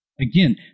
Again